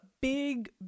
big